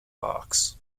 box